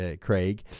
Craig